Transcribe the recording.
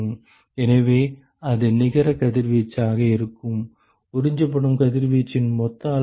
எனவே அது நிகர கதிர்வீச்சாக இருக்கும் உறிஞ்சப்படும் கதிர்வீச்சின் மொத்த அளவு